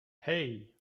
hey